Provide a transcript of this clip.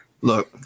Look